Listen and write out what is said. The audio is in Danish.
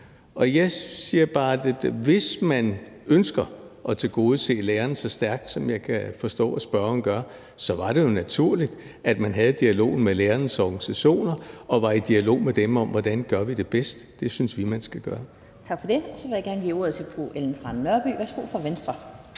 Jeg siger bare, at hvis man ønsker at tilgodese lærerne så stærkt, som jeg kan forstå at spørgeren gør, så var det jo naturligt, at man havde dialogen med lærernes organisationer og var i dialog med dem om, hvordan vi gør det bedst. Det synes vi man skal gøre. Kl. 11:50 Den fg. formand (Annette Lind): Tak for det. Så vil jeg gerne give ordet til fru Ellen Trane Nørby, Venstre.